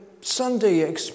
Sunday